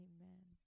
Amen